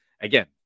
Again